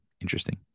interesting